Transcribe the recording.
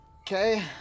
Okay